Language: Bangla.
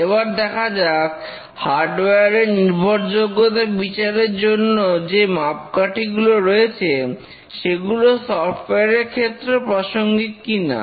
এবার দেখা যাক হার্ডওয়ার এর নির্ভরযোগ্যতা বিচারের জন্য যে মাপকাঠিগুলো রয়েছে সেগুলো সফটওয়্যার এর ক্ষেত্রেও প্রাসঙ্গিক কিনা